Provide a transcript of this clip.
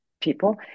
People